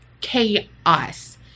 chaos